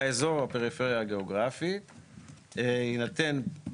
באזור הפריפריה הגיאוגרפית בלבד,